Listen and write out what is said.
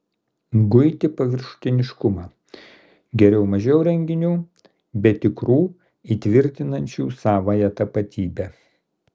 guiti paviršutiniškumą geriau mažiau renginių bet tikrų įtvirtinančių savąją tapatybę